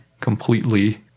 completely